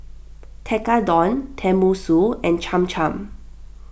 Tekkadon Tenmusu and Cham Cham